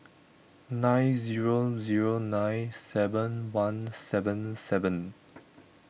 nine zero zero nine seven one seven seven